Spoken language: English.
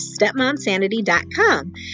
StepMomSanity.com